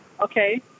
okay